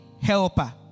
helper